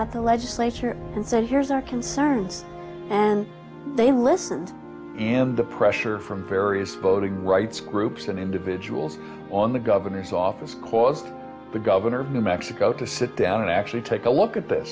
at the legislature and so here's our concerns and they listened and the pressure from various voting rights groups and individuals on the governor's office caused the governor of new mexico to sit down and actually take a look at th